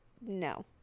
No